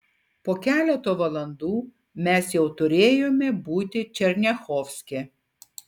po keleto valandų mes jau turėjome būti černiachovske